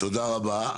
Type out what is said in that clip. תודה רבה.